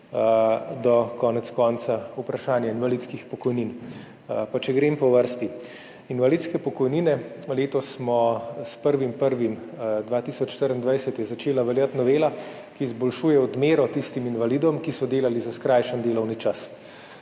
do konec koncev vprašanja invalidskih pokojnin. Pa če grem po vrsti. Invalidske pokojnine. Letos, s 1. 1. 2024 je začela veljati novela, ki izboljšuje odmero tistim invalidom, ki so delali za skrajšan delovni čas.